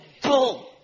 pull